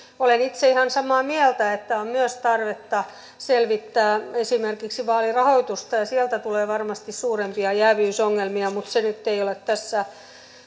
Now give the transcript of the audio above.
olen itse ihan samaa mieltä että on myös tarvetta selvittää esimerkiksi vaalirahoitusta ja sieltä tulee varmasti suurempia jääviysongelmia mutta se nyt ei ole tässä